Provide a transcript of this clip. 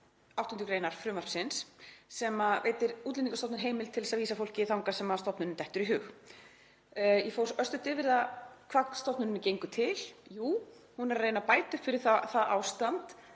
8. gr. frumvarpsins sem veitir Útlendingastofnun heimild til þess að vísa fólki þangað sem stofnuninni dettur í hug. Ég fór örstutt yfir það hvað stofnuninni gengur til. Jú, hún er að reyna að bæta upp fyrir það ástand